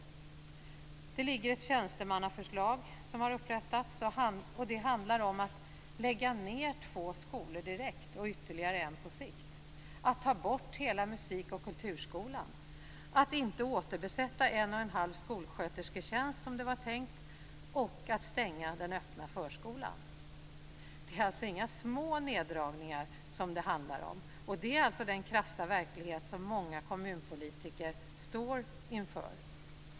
Det har upprättats ett tjänstemannaförslag som går ut på att lägga ned två skolor direkt och ytterligare en på sikt, att ta bort hela musik och kulturskolan, att inte, som det var tänkt, återbesätta en och en halv skolskötersketjänst och att stänga den öppna förskolan. Det är alltså inga små neddragningar som det handlar om. Det är den krassa verklighet som många kommunpolitiker står inför.